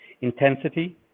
Intensity